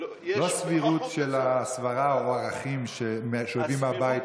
לא סבירות של הסברה או ערכים שהוא הביא מהבית,